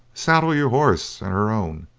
saddle your horse and her own,